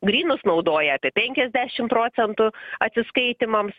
grynus naudoja apie penkiasdešim procentų atsiskaitymams